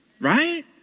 Right